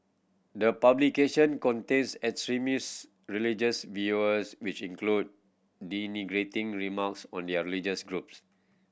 the publication contains extremist religious viewers which include denigrating remarks on their religious groups